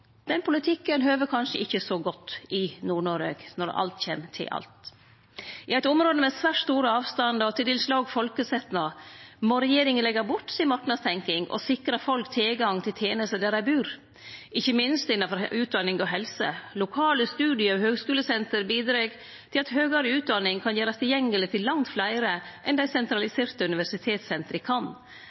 Den politikken høver ikkje så godt i Nord-Noreg når alt kjem til alt. I eit område med svært store avstandar og til dels låg folkesetnad må regjeringa leggje bort marknadstenkinga si og sikre folk tilgang til tenester der dei bur, ikkje minst innanfor utdanning og helse. Lokale studie- og høgskulesenter bidreg til at høgare utdanning kan gjerast tilgjengelig til langt fleire enn det dei sentraliserte universitetssentera kan.